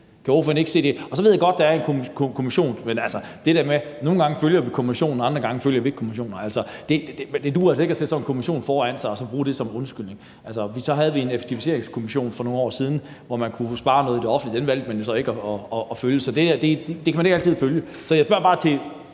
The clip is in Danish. Og så ved jeg godt, at der er en kommission, men altså, nogle gange følger vi kommissioner, og andre gange følger vi ikke kommissioner. Det duer altså ikke at sætte sådan en kommission foran sig og så bruge det som undskyldning. Vi havde en effektiviseringskommission for nogle år siden, hvor man kunne have fået sparet noget i det offentlige, og den valgte man jo så ikke at følge, så det kan man ikke altid regne med. Så jeg spørger bare til